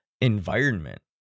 environment